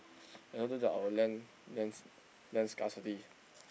and due to our land land land scarcity